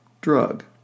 drug